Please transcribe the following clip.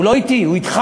הוא לא אתי, הוא אתך.